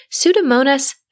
Pseudomonas